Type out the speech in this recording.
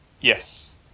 Yes